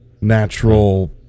natural